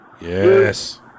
Yes